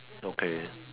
okay